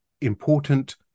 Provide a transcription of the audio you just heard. important